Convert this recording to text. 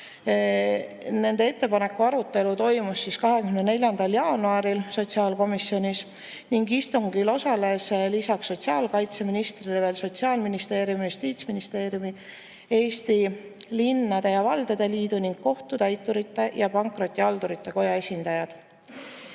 Nende ettepanekute arutelu toimus 24. jaanuaril sotsiaalkomisjonis. Istungil osalesid peale sotsiaalkaitseministri veel Sotsiaalministeeriumi, Justiitsministeeriumi, Eesti Linnade ja Valdade Liidu ning Kohtutäiturite ja Pankrotihaldurite Koja esindajad.